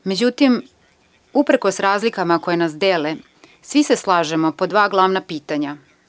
Međutim, uprkos razlikama koje nas dele, svi se slažemo po dva glavna pitanja.